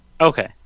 Okay